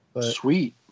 Sweet